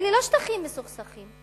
אלה לא "שטחים מסוכסכים",